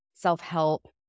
self-help